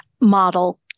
model